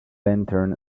lantern